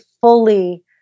fully